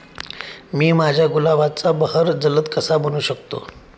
मी माझ्या गुलाबाचा बहर जलद कसा बनवू शकतो?